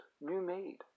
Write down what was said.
new-made